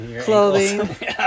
clothing